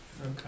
Okay